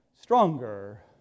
stronger